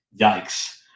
yikes